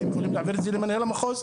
אתם יכולים להעביר את זה למנהל המחוז,